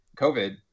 COVID